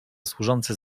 służące